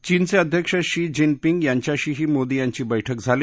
चीनचे अध्यक्ष Xi Jinping यांच्याशीही मोदी यांची बैठक झाली